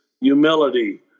humility